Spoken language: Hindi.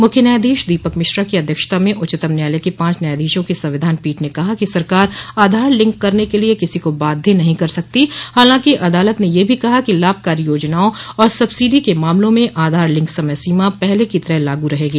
मुख्य न्यायाधीश दीपक मिश्रा की अध्यक्षता म उच्चतम न्यायालय के पांच न्यायधीशों की संविधान पीठ ने कहा है कि सरकार आधार लिंक करने के लिए किसी को बाध्य नहीं कर सकती हालांकि अदालत ने यह भी कहा कि लाभकारी योजनाओं और सब्सिडी के मामलों में आधार लिंक समय सीमा पहले की तरह लागू रहेगी